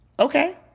okay